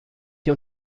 die